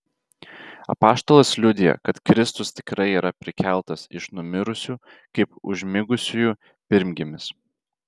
apaštalas liudija kad kristus tikrai yra prikeltas iš numirusių kaip užmigusiųjų pirmgimis